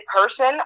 person